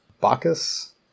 Bacchus